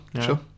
sure